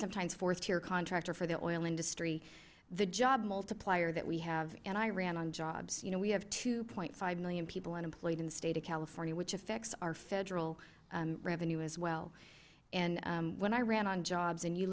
sometimes fourthtier contractor for the oil industry the job multiplier that we have and i ran on jobs you know we have two point five million people unemployed in the state of california which affects our federal revenue as well and when i ran on jobs and you